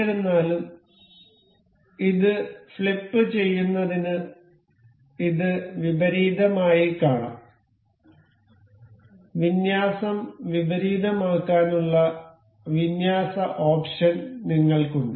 എന്നിരുന്നാലും ഇത് ഫ്ലിപ്പു ചെയ്യുന്നതിന് ഇത് വിപരീതമായി കാണാം വിന്യാസം വിപരീതമാക്കാനുള്ള വിന്യാസ ഓപ്ഷൻ നിങ്ങൾക്ക് ഉണ്ട്